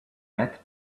that